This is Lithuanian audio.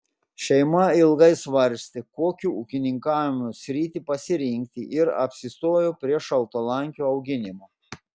šeima ilgai svarstė kokią ūkininkavimo sritį pasirinkti ir apsistojo prie šaltalankių auginimo